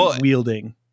wielding